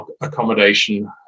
accommodation